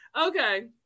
Okay